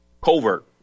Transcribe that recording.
Covert